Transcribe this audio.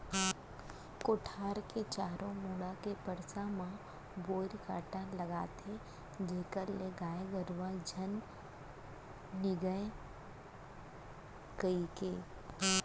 कोठार के चारों मुड़ा के परदा म बोइर कांटा लगाथें जेखर ले गाय गरुवा झन निगय कहिके